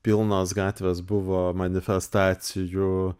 pilnos gatvės buvo manifestacijų